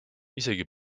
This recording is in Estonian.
isegi